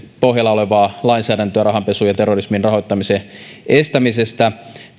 pohjalla olevaa lainsäädäntöä rahanpesun ja terrorismin rahoittamisen estämisestä